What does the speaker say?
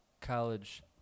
college